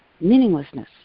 meaninglessness